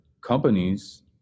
companies